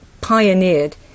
pioneered